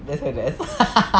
that's her desk